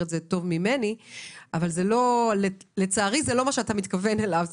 את זה טוב ממני אבל לצערי זה לא מה שאתה מתכוון אליו.